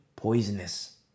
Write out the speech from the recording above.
poisonous